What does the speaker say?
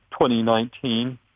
2019